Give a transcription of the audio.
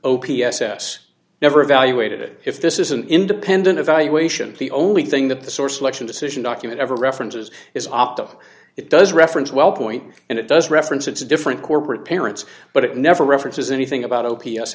s never evaluated if this is an independent evaluation the only thing that the source election decision document ever references is optima it does reference wellpoint and it does reference it's a different corporate parents but it never references anything about o p s